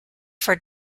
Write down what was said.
for